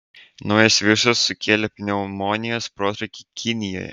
naujas virusas sukėlė pneumonijos protrūkį kinijoje